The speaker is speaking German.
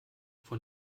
von